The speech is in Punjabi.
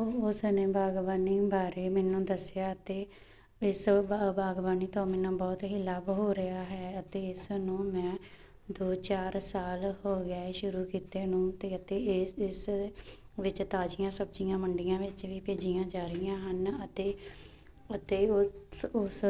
ਉਹ ਉਸ ਨੇ ਬਾਗਬਾਨੀ ਬਾਰੇ ਮੈਨੂੰ ਦੱਸਿਆ ਅਤੇ ਇਸ ਬਾ ਬਾਗਵਾਨੀ ਤੋਂ ਮੈਨੂੰ ਬਹੁਤ ਹੀ ਲਾਭ ਹੋ ਰਿਹਾ ਹੈ ਅਤੇ ਇਸ ਨੂੰ ਮੈਂ ਦੋ ਚਾਰ ਸਾਲ ਹੋ ਗਏ ਸ਼ੁਰੂ ਕੀਤੇ ਨੂੰ ਅਤੇ ਅਤੇ ਇਸ ਇਸ ਵਿੱਚ ਤਾਜ਼ੀਆਂ ਸਬਜ਼ੀਆਂ ਮੰਡੀਆਂ ਵਿੱਚ ਵੀ ਭੇਜੀਆਂ ਜਾ ਰਹੀਆਂ ਹਨ ਅਤੇ ਅਤੇ ਉਸ ਉਸ